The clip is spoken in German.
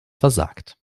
versagt